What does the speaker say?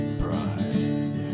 pride